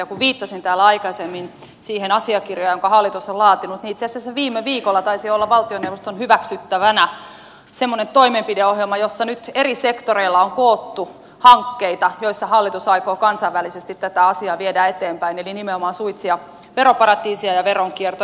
kun viittasin täällä aikaisemmin siihen asiakirjaan jonka hallitus on laatinut niin itse asiassa viime viikolla taisi olla valtioneuvoston hyväksyttävänä semmoinen toimenpideohjelma jossa nyt eri sektoreilla on koottu hankkeita joissa hallitus aikoo kansainvälisesti tätä asiaa viedä eteenpäin eli nimenomaan suitsia veroparatiiseja ja veronkiertoa